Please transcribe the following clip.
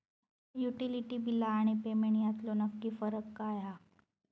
Utility बिला आणि payment यातलो नक्की फरक काय हा?